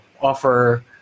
offer